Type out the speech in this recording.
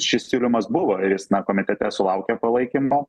šis siūlymas buvo ir jis na komitete sulaukė palaikymo